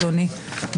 אדוני,